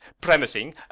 premising